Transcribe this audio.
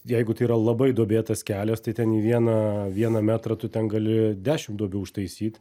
jeigu tai yra labai duobėtas kelias tai ten į vieną vieną metrą tu ten gali dešim duobių užtaisyt